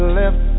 left